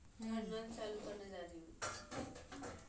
आम भारतीय के दैनिक जीवन मे केला, ओकर पात, फूल आ कांच फलक उपयोग होइ छै